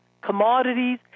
commodities